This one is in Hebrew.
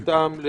דברי טעם.